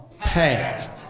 past